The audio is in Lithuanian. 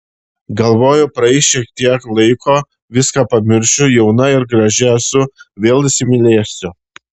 galvojau praeis šiek tiek laiko viską pamiršiu jauna ir graži esu vėl įsimylėsiu